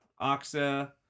Oxa